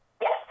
Yes